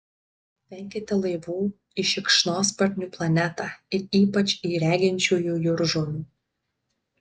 venkite laivų į šikšnosparnių planetą ir ypač į reginčiųjų jūržolių